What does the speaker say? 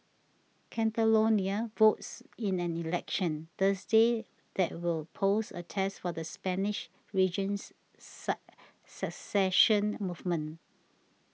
Catalonia votes in an election Thursday that will pose a test for the Spanish region's Sa secession movement